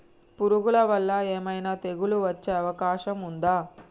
పురుగుల వల్ల ఏమైనా తెగులు వచ్చే అవకాశం ఉందా?